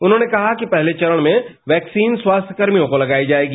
उन्होंने कहा कि पहले चरण में वैक्सीन स्वास्थ्य कर्मियों को लगाई जाएगी